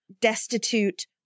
destitute